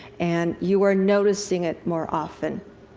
and you are noticing it more often.